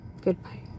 Goodbye